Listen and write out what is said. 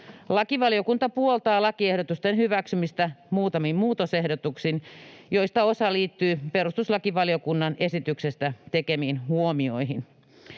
Lakivaliokunta puoltaa lakiehdotusten hyväksymistä muutamin muutosehdotuksin, joista osa liittyy perustuslakivaliokunnan esityksestä tekemiin huomioihin.